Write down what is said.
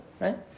right